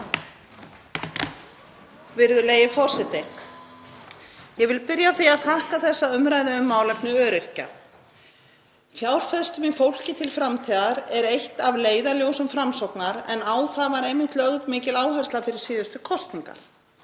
Virðulegi forseti. Ég vil byrja á því að þakka þessa umræðu um málefni öryrkja. Að fjárfesta í fólki til framtíðar er eitt af leiðarljósum Framsóknar en á það var einmitt lögð mikil áhersla fyrir síðustu kosningar.